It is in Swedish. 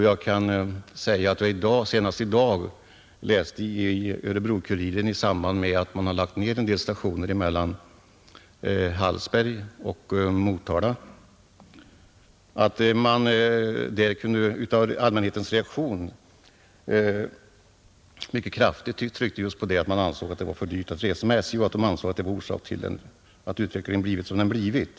Jag läste senast i dag i Örebro-Kuriren att man, när det gäller allmänhetens reaktion i samband med att ett antal stationer mellan Hallsberg och Motala lagts ned, mycket kraftigt tryckte just på att det ansågs vara för dyrt att resa med SJ och att detta var orsaken till att utvecklingen blivit sådan som den blivit.